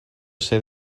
ser